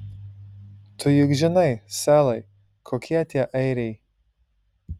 tu juk žinai selai kokie tie airiai